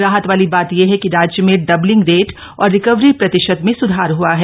राहत वाली बात यह है कि राज्य में डबलिंग रेट और रिकवरी प्रतिशत में सुधार हुआ है